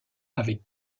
avec